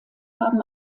haben